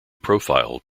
profiled